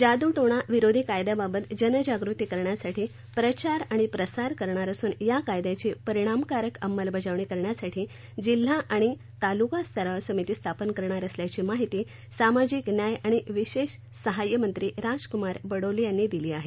जाद्रटोणा विरोधी कायद्याबाबत जनजागृती करण्यासाठी प्रचार आणि प्रसार करणार असून या कायद्याची परिणामकारक अंमलबजावणी करण्यासाठी जिल्हा आणि तालुका स्तरावर समिती स्थापन करणार असल्याची माहिती सामाजिक न्याय आणि विशेष सहाय्य मंत्री राजकुमार बडोले यांनी दिली आहे